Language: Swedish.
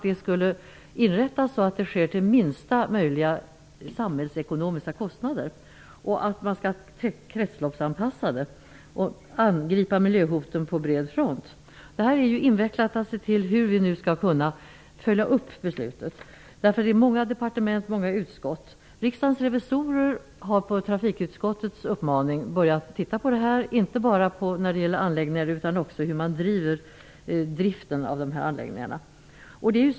Det skall inrättas till minsta möjliga samhällsekonomiska kostnad och vara kretsloppsanpassat. Miljöhoten skall angripas på bred front. Det är invecklat att följa upp beslutet. Många departement och utskott är inblandade. Riksdagens revisorer har på uppmaning av trafikutskottet börjat titta på frågan. Det gäller även driften av anläggningarna.